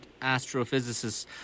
astrophysicists